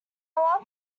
alarm